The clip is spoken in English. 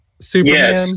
Superman